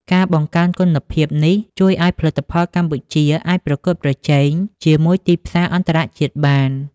ការបង្កើនគុណភាពនេះជួយឱ្យផលិតផលកម្ពុជាអាចប្រកួតប្រជែងជាមួយទីផ្សារអន្តរជាតិបាន។